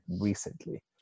recently